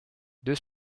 deux